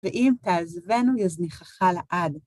ואם תעזבנו יזניחך לעד.